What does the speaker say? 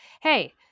hey